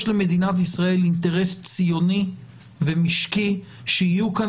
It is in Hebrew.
יש למדינת ישראל אינטרס ציוני ומשקי שיהיו כאן